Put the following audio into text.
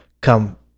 come